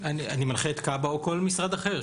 אני מנחה את כב"ה או כל משרד אחר.